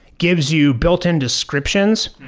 gives you built-in descriptions.